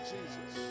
Jesus